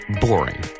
boring